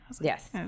Yes